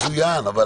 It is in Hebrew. אבל